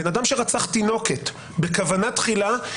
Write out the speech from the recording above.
בן אדם שרצח תינוקת בכוונה תחילה,